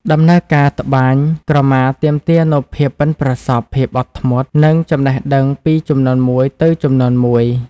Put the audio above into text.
ដំណើរការត្បាញក្រមាទាមទារនូវភាពប៉ិនប្រសប់ ភាពអត់ធ្មត់ និងចំណេះដឹងពីជំនាន់មួយទៅជំនាន់មួយ។